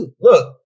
Look